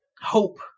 Hope